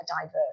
diverse